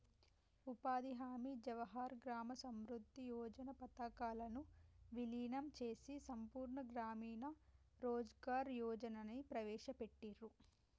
ఉపాధి హామీ, జవహర్ గ్రామ సమృద్ధి యోజన పథకాలను వీలీనం చేసి సంపూర్ణ గ్రామీణ రోజ్గార్ యోజనని ప్రవేశపెట్టిర్రు